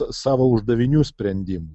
savo uždavinių sprendimui